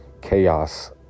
chaos